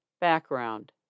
Background